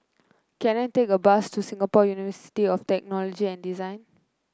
can I take a bus to Singapore University of Technology and Design